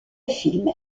film